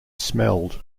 smelled